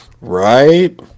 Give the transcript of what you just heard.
Right